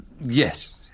Yes